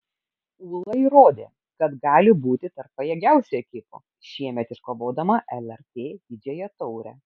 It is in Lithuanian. ūla įrodė kad gali būti tarp pajėgiausių ekipų šiemet iškovodama lrt didžiąją taurę